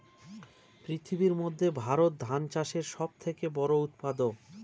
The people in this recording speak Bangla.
পৃথিবীর মধ্যে ভারত ধান চাষের সব থেকে বড়ো উৎপাদক